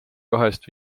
kahest